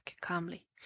calmly